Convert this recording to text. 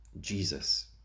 Jesus